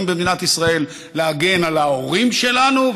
במדינת ישראל היא להגן על ההורים שלנו,